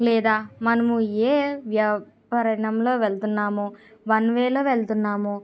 లేదా మనము ఏ వ్యాపరణంలో వెళ్తున్నామో వన్ వేలో వెళ్తున్నామో